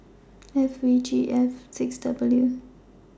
F V G F six W